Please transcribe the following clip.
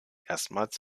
erstmals